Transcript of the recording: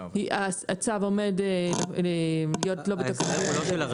שהצו עומד להיות --- ההסדר הוא לא של הרשות.